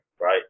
right